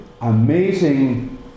amazing